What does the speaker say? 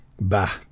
Bah